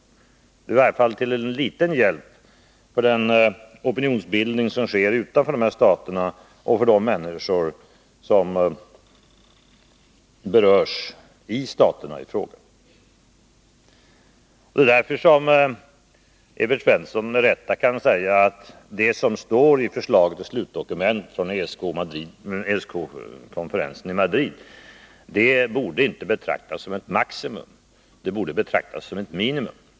Det kan i alla fall bli till en viss hjälp för opinionsbildningen utanför de här staterna och för de människor som berörs i staterna i fråga. Det är därför som Evert Svensson med rätta kan säga att det som står i förslaget till slutdokument från ESK-konferensen i Madrid inte borde betraktas som ett maximum utan som ett minimum.